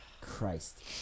Christ